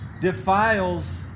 defiles